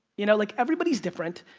you know, like, everybody's different.